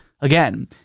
again